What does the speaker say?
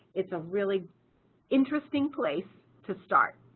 it's a really interesting place to start.